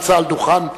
הנמצא על דוכן הנואמים,